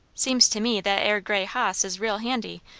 seems to me, that ere grey hoss is real handy,